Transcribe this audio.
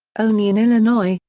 only in illinois,